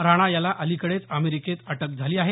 राणा याला अलीकडेच अमेरिकेत अटक झाली आहे